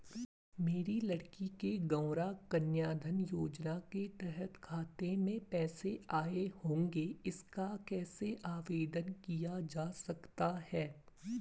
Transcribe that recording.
मेरी लड़की के गौंरा कन्याधन योजना के तहत खाते में पैसे आए होंगे इसका कैसे आवेदन किया जा सकता है?